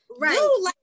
Right